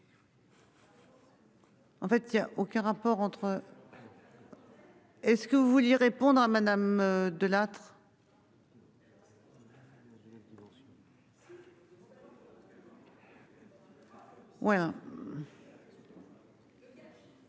En fait, y a aucun rapport entre. Est ce que vous vouliez répondre à Madame De Lattre. Oui.